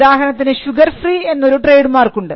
ഉദാഹരണത്തിന് ഷുഗർഫ്രീ എന്നൊരു ട്രേഡ് മാർക്കുണ്ട്